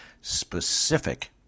specific